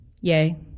Yay